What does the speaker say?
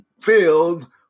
filled